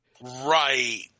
Right